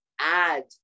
add